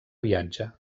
viatge